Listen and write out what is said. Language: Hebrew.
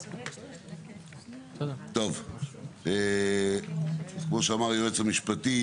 טוב כמו שאמר היועץ המשפטי